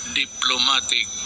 diplomatic